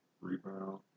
Rebound